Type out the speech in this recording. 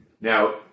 now